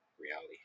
reality